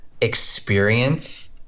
experience